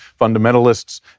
fundamentalists